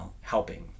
helping